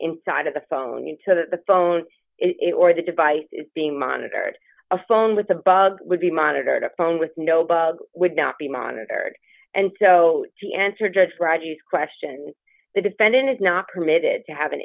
inside of the phone into the phone it or the device being monitored a phone with the bug would be monitored a phone with no bugs would not be monitored and so the answer judge rogers question the defendant is not permitted to have an